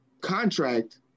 contract